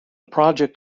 project